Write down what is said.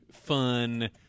Fun